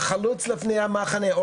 החלוץ לפני המחנה.